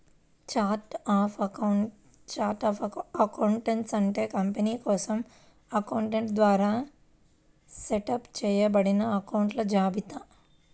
chart of accounts అంటే company కోసం accountant ద్వారా సెటప్ చేయబడిన అకొంట్ల జాబితా